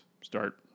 start